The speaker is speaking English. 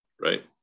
Right